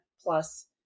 plus